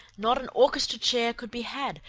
not an orchestra chair could be had,